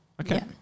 Okay